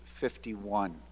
51